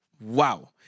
Wow